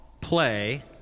play